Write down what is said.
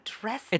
dress